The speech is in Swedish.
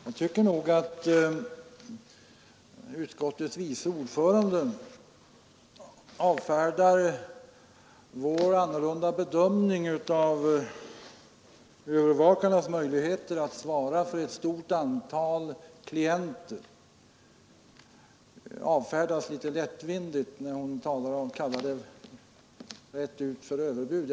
Herr talman! Jag tycker nog att utskottets vice ordförande avfärdar vår allmänna bedömning av övervakarnas möjligheter att svara för ett stort antal klienter litet lättvindigt. Hon kallar det rätt ut för överbud.